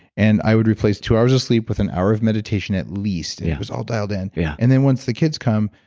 and i would replace two hours of sleep with an hour of meditation, at least it was all dialed in. yeah and then once the kids come,